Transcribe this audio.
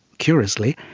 curiously,